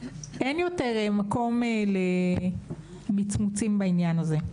אין מקום יותר למצמוצים בעניין הזה.